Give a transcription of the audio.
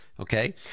okay